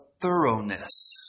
thoroughness